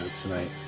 tonight